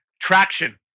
Traction